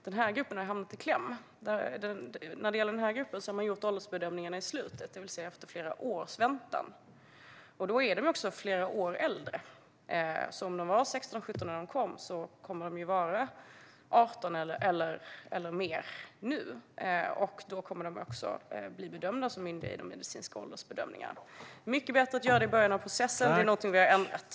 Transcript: Den här gruppen har hamnat i kläm. För den här gruppen har åldersbedömningarna gjorts i slutet, det vill säga efter flera års väntan. Då är man också flera år äldre. Om man var 16-17 när man kom kommer man alltså att vara 18 eller mer nu. Då kommer man också att bli bedömd som myndig i den medicinska åldersbedömningen. Det är mycket bättre att göra det i början av processen. Det är något som vi har ändrat på.